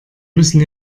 müssen